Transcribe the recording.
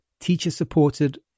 teacher-supported